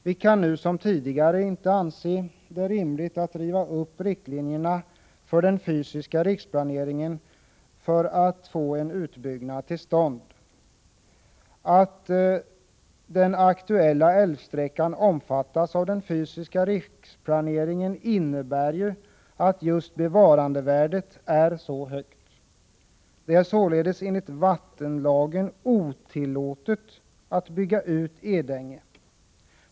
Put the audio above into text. Vi kan nu som tidigare inte anse det rimligt att riva upp riktlinjerna för den fysiska riksplaneringen för att få en utbyggnad till stånd. Att den aktuella älvsträckan omfattas av den fysiska riksplaneringen innebär ju att just bevarandevärdet är så högt. Det är således enligt vattenlagen otillåtet att bygga ut Edänge.